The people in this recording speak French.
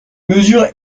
mesure